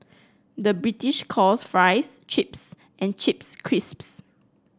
the British calls fries chips and chips crisps